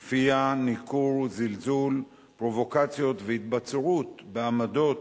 כפייה, ניכור, זלזול, פרובוקציות והתבצרות בעמדות